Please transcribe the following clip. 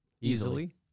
Easily